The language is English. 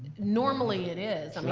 normally it is,